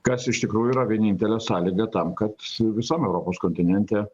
kas iš tikrųjų yra vienintelė sąlyga tam kad visam europos kontinente